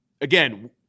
Again